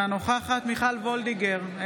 אינה נוכחת מיכל מרים וולדיגר,